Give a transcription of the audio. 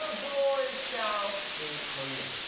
boy scout in korea.